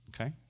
Okay